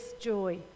joy